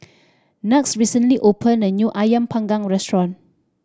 Knox recently opened a new Ayam Panggang restaurant